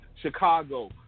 Chicago